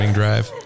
drive